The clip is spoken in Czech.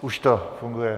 Už to funguje.